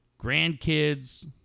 grandkids